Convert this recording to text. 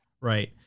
right